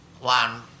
one